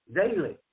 Daily